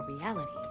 reality